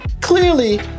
clearly